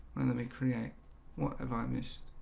let me create what have i missed